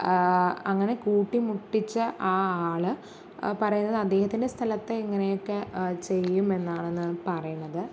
അങ്ങനെ കൂട്ടി മുട്ടിച്ച ആ ആൾ പറയുന്നത് അദ്ദേഹത്തിൻ്റെ സ്ഥലത്ത് ഇങ്ങനെയൊക്കെ ചെയ്യും എന്നാണെന്നാണ് പറയുന്നത്